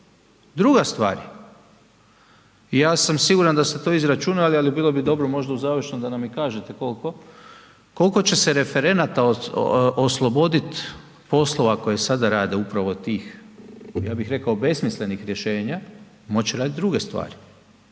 Druga stvar, ja sam siguran da ste to vi izračunali, ali bilo bi dobro možda u završnoj da nam i kažete koliko. Koliko će se referenata osloboditi poslova koji sada rade upravo tih, ja bih rekao besmislenih rješenja moći raditi druge stvari?